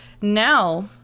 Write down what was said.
now